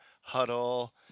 huddle